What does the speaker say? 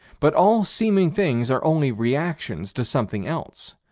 but all seeming things are only reactions to something else.